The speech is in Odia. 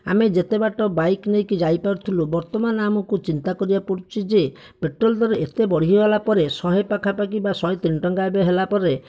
ଆମେ ଯେତେ ବାଟ ବାଇକ ନେଇକି ଯାଇ ପାରୁଥିଲୁ ବର୍ତ୍ତମାନ ଆମକୁ ଚିନ୍ତା କରିବାକୁ ପଡ଼ୁଛି ଯେ ପେଟ୍ରୋଲ ଦର ଏତେ ବଢ଼ିଗଲା ପରେ ଶହେ ପାଖାପାଖି ବା ଶହେ ତିନି ଟଙ୍କା ଏବେ ହେଲା ପରେ